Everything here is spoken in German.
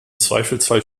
zweifelsfall